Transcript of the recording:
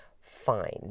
fine